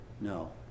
No